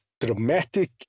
dramatic